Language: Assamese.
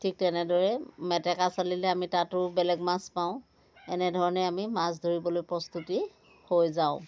ঠিক তেনেদৰে মেটেকা চালিলে আমি তাতো বেলেগ মাছ পাওঁ এনেধৰণে আমি মাছ ধৰিবলৈ প্ৰস্তুতি হৈ যাওঁ